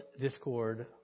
discord